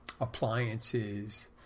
appliances